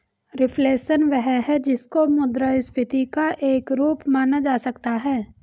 reflation वह है जिसको मुद्रास्फीति का एक रूप माना जा सकता है